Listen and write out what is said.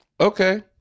Okay